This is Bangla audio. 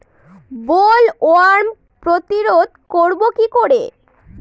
বোলওয়ার্ম প্রতিরোধ করব কি করে?